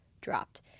dropped